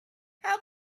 how